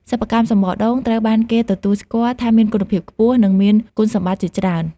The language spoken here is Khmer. សិប្បកម្មសំបកដូង ត្រូវបានគេទទួលស្គាល់ថាមានគុណភាពខ្ពស់ និងមានគុណសម្បត្តិជាច្រើន។